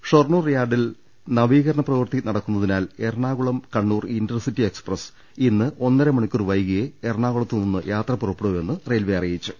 ഷൊർണ്ണൂർ യാർഡിൽ നവീ കരണ പ്രവൃത്തി നടക്കുന്നതിനാൽ എറണാകുളം കണ്ണൂർ ഇന്റർസിറ്റി എക്സ്പ്രസ് ഇന്ന് ഒന്നര മണിക്കൂർ വൈകിയേ എറണാകുളത്തുനിന്ന് യാത്ര പുറപ്പെടൂ എന്ന് റെയിൽവെ അറിയിച്ചു